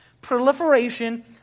proliferation